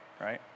right